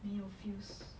没有 feels